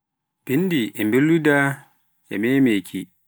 bindi e mbolwidaa e meemeki.